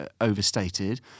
overstated